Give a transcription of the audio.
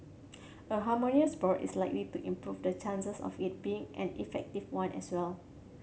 a harmonious board is likely to improve the chances of it being an effective one as well